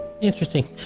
Interesting